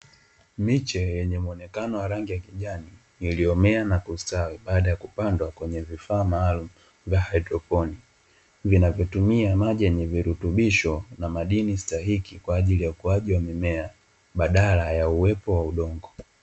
Miche yenye muonekano wa rangi ya kijani, iliyomea na kustawi baada ya kupandwa kwenye vifaa maalumu vya haidroponi, vinavyotumia maji yenye virutubisho na madini stahiki kwa ajili ya ukuaji wa mimea, badala ya uwepo wa udongo.